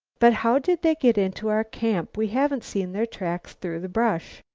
but how did they get into our camp? we haven't seen their tracks through the brush.